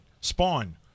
Spawn